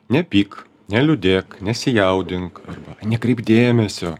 nepyk neliūdėk nesijaudink arba nekreipk dėmesio